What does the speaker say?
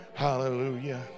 Hallelujah